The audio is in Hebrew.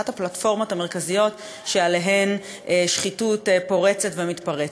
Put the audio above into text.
אחת הפלטפורמות המרכזיות שעליהן שחיתות פורצת ומתפרצת.